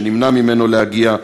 שנמנע ממנו להגיע,